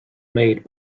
made